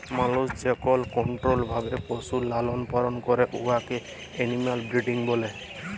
মালুস যেকল কলট্রোল্ড ভাবে পশুর লালল পালল ক্যরে উয়াকে এলিম্যাল ব্রিডিং ব্যলে